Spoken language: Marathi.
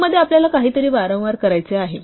लूपमध्ये आपल्याला काहीतरी वारंवार करायचे आहे